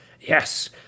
Yes